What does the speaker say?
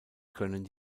können